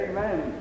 Amen